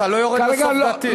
אתה לא יורד לסוף דעתי.